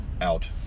out